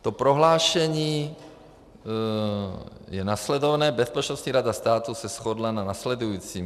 To prohlášení je následovné: Bezpečnostní rada státu se shodla na následujícím.